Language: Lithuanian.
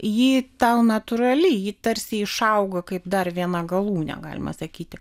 ji tau natūrali ji tarsi išauga kaip dar viena galūnė galima sakyti